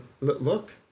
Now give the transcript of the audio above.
Look